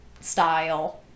style